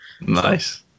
Nice